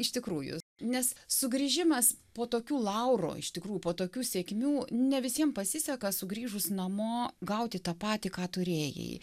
iš tikrųjų nes sugrįžimas po tokių laurų iš tikrųjų po tokių sėkmių ne visiem pasiseka sugrįžus namo gauti tą patį ką turėjai